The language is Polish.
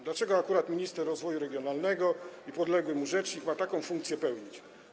Dlaczego akurat minister rozwoju regionalnego, dlaczego podległy mu rzecznik ma taką funkcję pełnić?